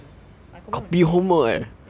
ah copy from mei qi ya